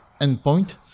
endpoint